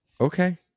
Okay